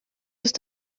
ist